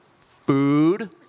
food